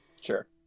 Sure